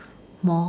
more